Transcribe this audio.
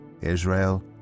Israel